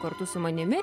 kartu su manimi